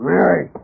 Mary